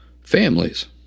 families